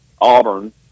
Auburn